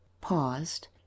paused